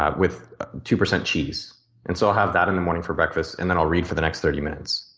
ah with two percent cheese and so i'll have that in the morning for breakfast and then i'll read for the next thirty minutes.